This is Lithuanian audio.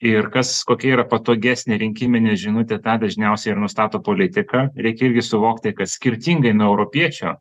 ir kas kokia yra patogesnė rinkiminė žinutė tą dažniausiai ir nustato politika reikia suvokti kad skirtingai nuo europiečio